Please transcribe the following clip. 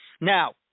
Now